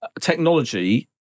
technology